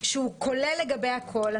שהוא כולל לגבי הכול.